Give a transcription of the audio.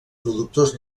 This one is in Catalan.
productors